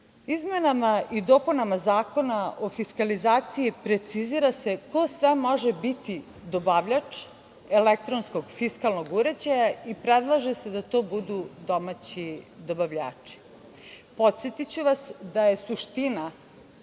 kasama. Izmenama i dopunama Zakona o fiskalizaciji precizira se ko sve može biti dobavljač elektronskog fiskalnog uređaja i predlaže se da to budu domaći dobavljači. Podsetiću vas da je suština